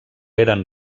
eren